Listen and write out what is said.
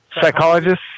Psychologists